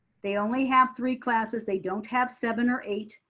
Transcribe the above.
they only have three classes. they don't have seven or eight.